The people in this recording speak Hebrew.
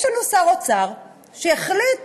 יש לנו שר אוצר שהחליט